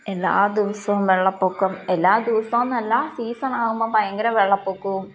എല്ലാ ദിവസവും വെള്ളപ്പൊക്കം എല്ലാ ദിവസവും എന്നല്ല സീസണാകുമ്പോള് ഭയങ്കര വെള്ളപ്പൊക്കവും